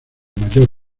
mayor